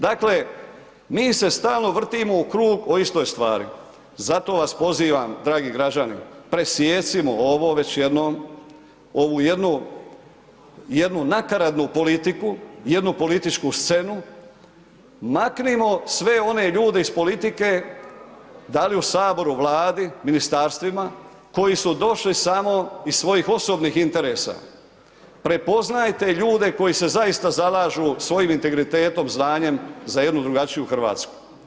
Dakle, mi se stalno vrtimo u krug o istoj stvari, zato vas pozivam dragi građani, presijecimo ovo već jednom, ovu jednu nakaradu politiku, jednu političku scenu, maknimo sve one ljude iz politike, da li u HS, Vladi, ministarstvima, koji su došli samo iz svojih osobnih interesa, prepoznajte ljude koji se zaista zalažu svojim integritetom, znanjem, za jednu drugačiju RH.